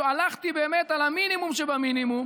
הלכתי באמת על המינימום שבמינימום